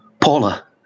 Paula